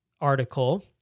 article